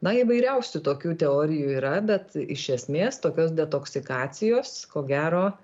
na įvairiausių tokių teorijų yra bet iš esmės tokios detoksikacijos ko gero